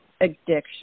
addiction